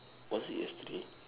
was it yesterday